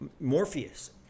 Morpheus